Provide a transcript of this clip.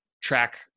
track